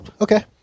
Okay